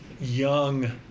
young